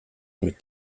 mit